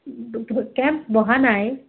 camp বহা নাই